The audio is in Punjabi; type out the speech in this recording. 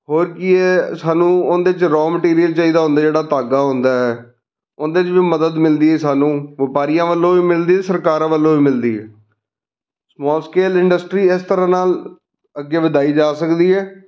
ਹੋਰ ਕੀ ਹੈ ਸਾਨੂੰ ਉਹਦੇ 'ਚ ਰੋ ਮਟੀਰੀਅਲ ਚਾਹੀਦਾ ਹੁੰਦਾ ਜਿਹੜਾ ਧਾਗਾ ਹੁੰਦਾ ਉਹਦੇ 'ਚ ਵੀ ਮਦਦ ਮਿਲਦੀ ਹੈ ਸਾਨੂੰ ਵਪਾਰੀਆਂ ਵੱਲੋਂ ਵੀ ਮਿਲਦੀ ਸਰਕਾਰਾਂ ਵੱਲੋਂ ਵੀ ਮਿਲਦੀ ਹੈ ਸਮੋਲ ਸਕੇਲ ਇੰਡਸਟਰੀ ਇਸ ਤਰ੍ਹਾਂ ਨਾਲ ਅੱਗੇ ਵਧਾਈ ਜਾ ਸਕਦੀ ਹੈ